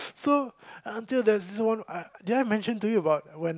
so until there's this one did I mention to you about when